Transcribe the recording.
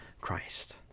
Christ